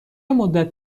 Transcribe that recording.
مدت